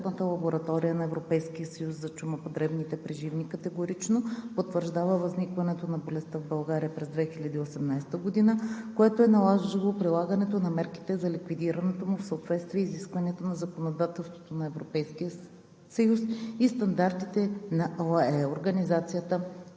Референтната лаборатория на Европейския съюз за чума по дребните преживни животни категорично потвърждава възникването на болестта в България през 2018 г., което е наложило прилагането на мерките за ликвидирането му в съответствие с изискванията на законодателството на Европейския съюз и стандартите на